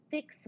Six